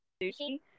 sushi